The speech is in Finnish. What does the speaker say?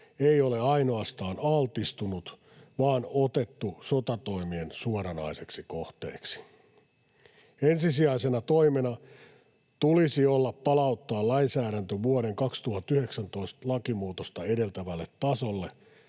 ei ole ainoastaan altistunut vaan otettu sotatoimien suoranaiseksi kohteeksi. Ensisijaisena toimena tulisi olla palauttaa lainsäädäntö vuoden 2019 lakimuutosta edeltävälle tasolle.